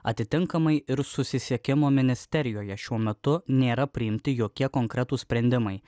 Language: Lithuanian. atitinkamai ir susisiekimo ministerijoje šiuo metu nėra priimti jokie konkretūs sprendimai